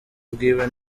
bwiwe